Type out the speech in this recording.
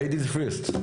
Ladies first.